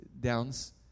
Downs